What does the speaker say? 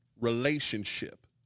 relationship